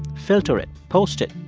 filter it, post it,